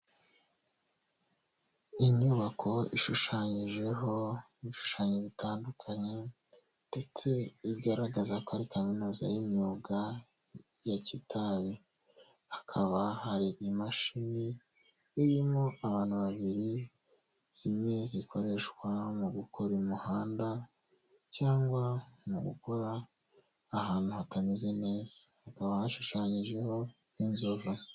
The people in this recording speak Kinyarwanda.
Inyubako ishushanyijeho ibishushanyo bitandukanye ndetse igaragaza ko ari Kaminuza y'imyuga ya Kitabi, hakaba hari imashini irimo abantu babiri, zimwe zikoreshwa mu gukora umuhanda cyangwa mu gukora ahantu hatameze neza, hakaba hashushanyijeho n'inzoga.